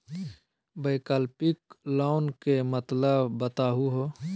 वैकल्पिक लोन के मतलब बताहु हो?